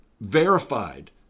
verified